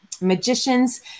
magicians